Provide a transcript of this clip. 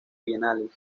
bienales